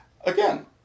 Again